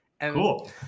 Cool